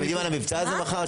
אתם יודעים על המבצע הזה מחר,